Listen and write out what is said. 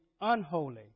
unholy